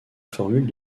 formules